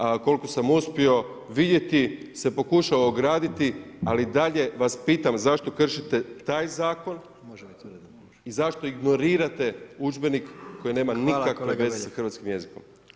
A koliko sam uspio vidjeti se pokušao ograditi, ali dalje vas pitam zašto kršite taj zakon i zašto ignorirate udžbenik koji nema nikakve veze sa hrvatskim jezikom.